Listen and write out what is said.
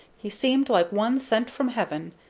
he seemed like one sent from heaven,